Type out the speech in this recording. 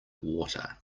water